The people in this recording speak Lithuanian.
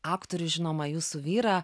aktorių žinomą jūsų vyrą